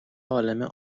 عالمه